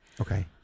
Okay